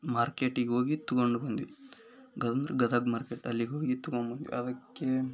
ಮಾರ್ಕೇಟಿಗೆ ಹೋಗಿ ತಗೊಂಡು ಬಂದ್ವಿ ಗಂದ್ ಗದಗ ಮಾರ್ಕೇಟಲ್ಲಿಗೆ ಹೋಗಿ ತಗೊಂಡ್ಬಂದ್ವಿ ಅದಕ್ಕೆ